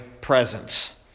presence